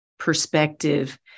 perspective